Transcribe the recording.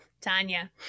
Tanya